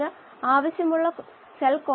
video ആണ് നിങ്ങൾക്ക് video കാണാം